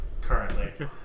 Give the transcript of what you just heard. currently